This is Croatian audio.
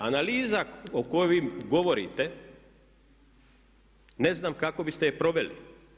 Analiza o kojoj vi govorite ne znam kako biste je proveli.